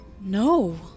No